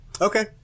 Okay